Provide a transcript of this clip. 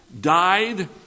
died